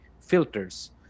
filters